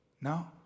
No